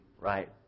right